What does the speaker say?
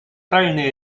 правильное